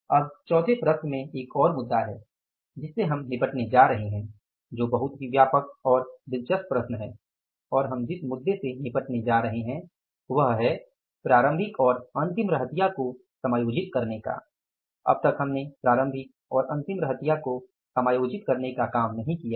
अब चौथी प्रश्न में एक और मुद्दा है जिससे हम निपटने जा रहे हैं जो बहुत ही व्यापक और दिलचस्प प्रश्न है और हम जिस मुद्दे से निपटने जा रहे हैं वह है प्रारंभिक और अंतिम रहतिया को समायोजित करने का अब तक हमने प्रारंभिक और अंतिम रहतिया को समायोजित करने का काम नहीं किया है